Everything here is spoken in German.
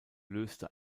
löste